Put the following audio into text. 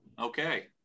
Okay